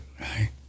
right